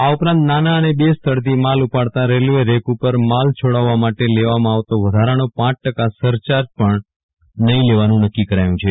આ ઉપરાંત નાના અને બે સ્થળેથી માલ ઉપાડતા રેલ્વ રેક ઉપર માલ છોડાવવા માટે લેવામાં આવતો વધારાનો પ ટકા સરચાર્જ પણ નહીં લેવાન નકકી કરાયું છે